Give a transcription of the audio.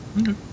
Okay